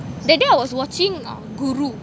the day I was watching um guru